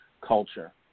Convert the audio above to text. culture